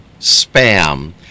spam